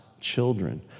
children